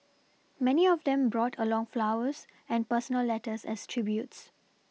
many of them brought along flowers and personal letters as tributes